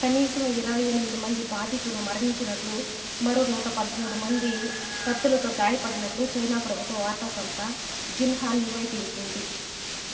కనీసం ఇరవై ఎనిమిది మంది బాధితులు మరణించినట్లు మరో నూటపదమూడు మంది కత్తులతో గాయపడినట్లు చైనా ప్రభుత్వ వార్తా సంస్థ జిన్హువా నివేదించింది